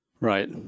right